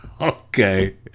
Okay